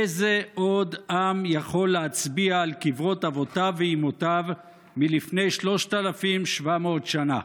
איזה עוד עם יכול להצביע על קברות אבותיו ואימותיו מלפני 3,700 שנה?